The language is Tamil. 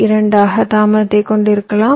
2 ஆக தாமதத்தைக் கொண்டிருக்கலாம்